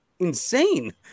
insane